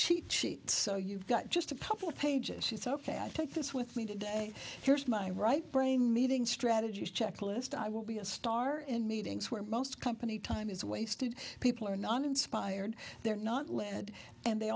cheat sheet so you've got just a couple of pages she's ok i take this with me to day here's my right brain meeting strategies checklist i will be a star in meetings where most company time is wasted people are not inspired they're not led and they